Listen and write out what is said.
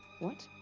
what?